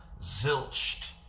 Zilched